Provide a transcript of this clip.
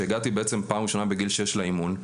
כאשר הגעתי פעם ראשונה בגיל 6 לאימון,